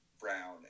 Brown